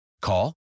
Call